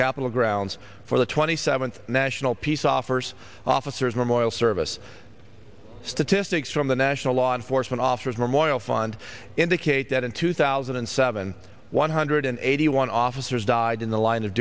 capitol grounds for the twenty seventh national peace offers officers memorial service statistics from the national law enforcement officers memorial fund indicate that in two thousand and seven one hundred and eighty one officers died in the line of